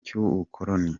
cy’ubukoloni